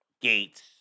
Gates